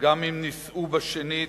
גם אם נישאו בשנית,